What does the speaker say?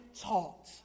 taught